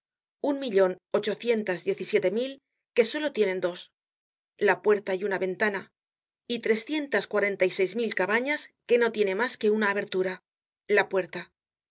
un millon ochocientas diez y siete mil que solo tienen dos la puerta y una ventana y trescientas cuarenta y seis mil cabanas que no tiene mas que una abertura la puerta